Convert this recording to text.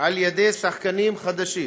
על ידי שחקנים חדשים,